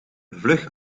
vlug